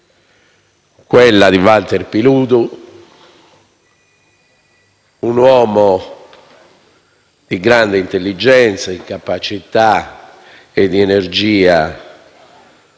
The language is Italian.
quella di Walter Piludu, un uomo di grande intelligenza, di capacità e di energia